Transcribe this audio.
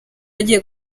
agiye